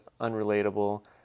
unrelatable